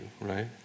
right